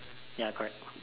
ya correct